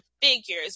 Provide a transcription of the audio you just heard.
figures